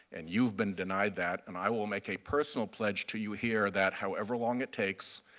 and you have been denied that and i will make a personal pledge to you here that, however long it takes,